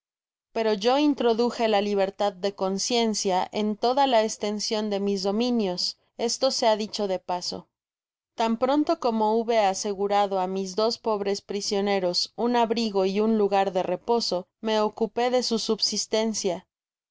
pero yo introduje la libertad de conciencia en toda la estension de mis dominios esto sea dicho de paso tan pronto como hube asegurado á mis dos pobres prisioneros un abrigo y un lugar de reposo me ocupé de su subsistencia